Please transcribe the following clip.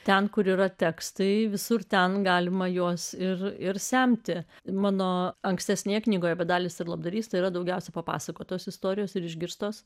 ten kur yra tekstai visur ten galima juos ir ir semti mano ankstesnėje knygoje bedalis ir labdarystė yra daugiausiai papasakotos istorijos ir išgirstos